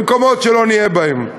במקומות שלא נהיה בהם?